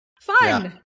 Fun